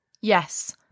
yes